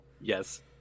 Yes